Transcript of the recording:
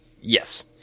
Yes